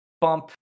bump